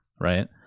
right